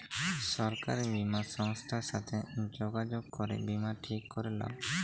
সরকারি বীমা সংস্থার সাথে যগাযগ করে বীমা ঠিক ক্যরে লাও